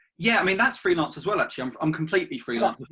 yeah i mean that's freelance as well, actually, i'm um completely freelance,